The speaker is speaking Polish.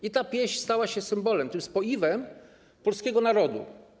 I ta pieśń stała się symbolem, tym spoiwem polskiego narodu.